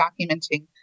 documenting